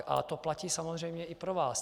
A to platí samozřejmě i pro vás.